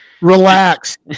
Relax